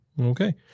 Okay